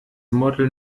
model